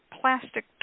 plastic